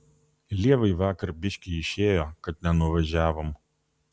lievai vakar biškį išėjo kad nenuvažiavom